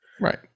right